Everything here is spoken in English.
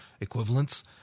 equivalents